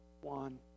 one